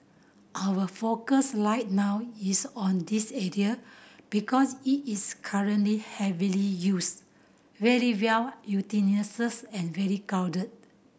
our focus right now is on this area because it is currently heavily used very well utilises and very crowded